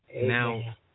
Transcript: Now